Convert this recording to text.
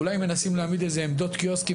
אולי מנסים להעמיד איזה עמדות קיוסקים